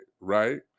right